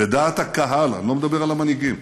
בדעת הקהל, אני לא מדבר על המנהיגים,